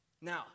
Now